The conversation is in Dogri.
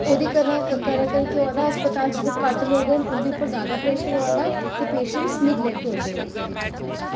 ओह्दे कन्नै केह् होआ दा अस्पातल च ते घट्ट लोक न उं'दे उप्पर ज्यादा प्रैशर होआ दा ते पेशंटस निगलेक्ट होंदे न ओह्दे चकर च